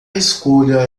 escolha